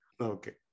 Okay